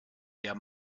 der